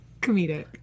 Comedic